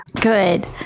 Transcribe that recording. Good